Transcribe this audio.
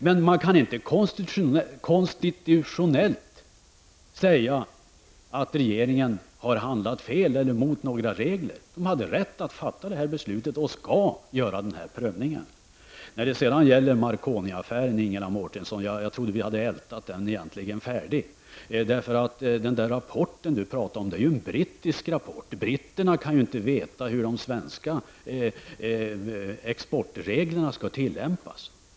Men konstitutionellt kan man inte säga att regeringen har handlat fel eller mot några regler. Regeringen hade rätt att fatta detta beslut och skall göra den här prövningen. Egentligen trodde jag att vi hade ältat Marconi-affären färdigt, Ingela Mårtensson. Den rapport Ingela Mårtensson pratade om är en brittisk rapport. Britterna kan inte veta hur de svenska exportreglerna skall tillämpas.